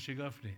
משה גפני,